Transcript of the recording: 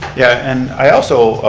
yeah, and i also,